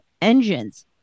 Engines